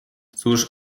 cóż